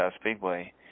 Speedway